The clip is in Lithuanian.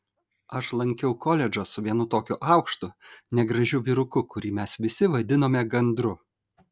aš lankiau koledžą su vienu tokiu aukštu negražiu vyruku kurį mes visi vadinome gandru